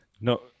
no